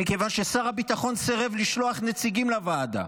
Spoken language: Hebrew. מכיוון ששר הביטחון סירב לשלוח נציגים לוועדה,